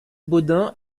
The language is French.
bodin